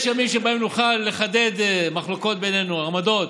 יש ימים שבהם נוכל לחדד מחלוקות בינינו, עמדות,